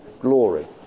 glory